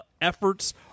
efforts